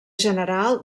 general